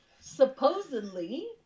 supposedly